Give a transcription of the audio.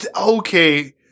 okay